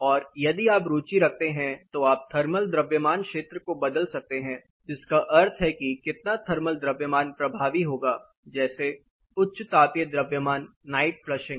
और यदि आप रुचि रखते हैं तो आप थर्मल द्रव्यमान क्षेत्र को बदल सकते हैं जिसका अर्थ है कि कितना थर्मल द्रव्यमान प्रभावी होगा जैसे उच्च तापीय द्रव्यमान नाइट फ्लशिंग